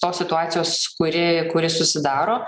tos situacijos kuri kuri susidaro